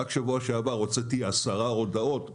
רק שבוע שעבר הוצאתי עשר הודעות לכולם.